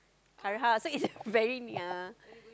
current house so is it very near